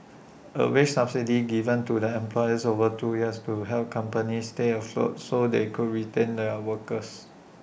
A wage subsidy given to the employers over two years to help companies stay afloat so they could retain their workers